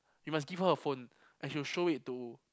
he must give her a phone and he will show it to